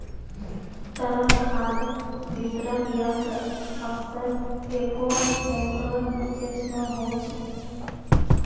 तरल खाद वितरक यंत्र अक्सर एगो टेंकरो जैसनो होय छै